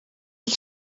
els